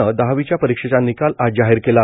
नं दहावीच्या परीक्षेचा निकाल आज जाहीर केला